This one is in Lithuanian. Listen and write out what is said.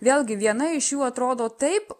vėlgi viena iš jų atrodo taip